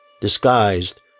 disguised